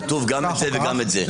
כתוב גם את זה וגם את זה.